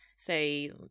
Say